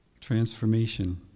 Transformation